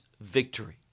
victory